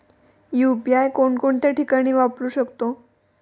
UPI कोणकोणत्या ठिकाणी वापरू शकतो?